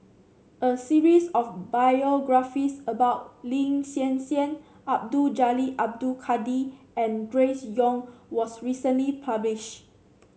a series of biographies about Lin Hsin Hsin Abdul Jalil Abdul Kadir and Grace Young was recently publish